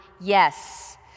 yes